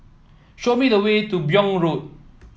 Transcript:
show me the way to Buyong Road